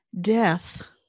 death